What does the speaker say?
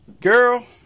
Girl